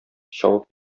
чабып